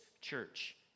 church